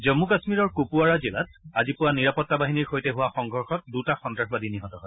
জন্মু কাশ্মীৰৰ কুপৱাৰা জিলাত আজি পুৱা নিৰাপত্তা বাহিনীৰ সৈতে হোৱা সংঘৰ্ষত দুটা সন্ত্ৰাসবাদী নিহত হয়